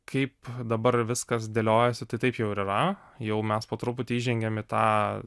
kaip dabar viskas dėliojasi tai taip jau ir yra jau mes po truputį įžengiam į tą